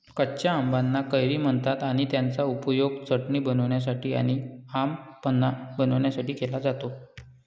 कच्या आंबाना कैरी म्हणतात आणि त्याचा उपयोग चटणी बनवण्यासाठी आणी आम पन्हा बनवण्यासाठी केला जातो